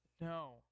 No